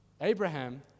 Abraham